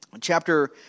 chapter